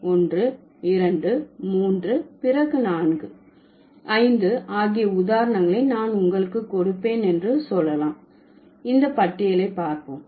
ஒன்று இரண்டு மூன்று பிறகு நான்கு ஐந்து ஆகிய உதாரணங்களை நான் உங்களுக்கு கொடுப்பேன் என்று சொல்லலாம் இந்த பட்டியலை பார்ப்போம்